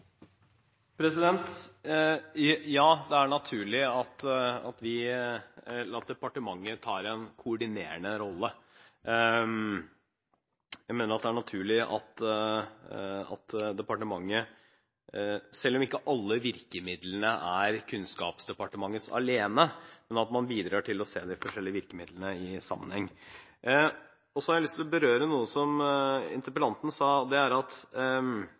Ja, det er naturlig at departementet tar en koordinerende rolle. Jeg mener at det er naturlig at departementet, selv om ikke alle virkemidlene er Kunnskapsdepartementets alene, bidrar til å se de forskjellige virkemidlene i sammenheng. Så har jeg lyst til å berøre noe som interpellanten sa, og det er: